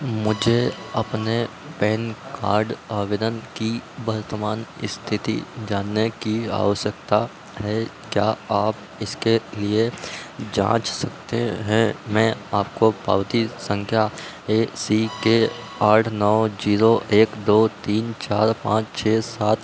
मुझे अपने pan card आवेदन की वर्तमान स्थिति जानने की आवश्यकता है क्या आप इसके लिए जाँच सकते हैं मैं आपको पावती संख्या ए सी के आठ नौ जीरो एक दो तीन चार पाँच छः सात